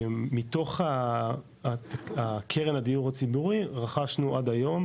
ומתוך הקרן הדיור הציבורי, רכשנו עד היום,